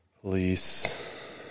Police